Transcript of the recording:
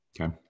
Okay